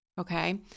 okay